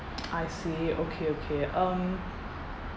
I see okay okay um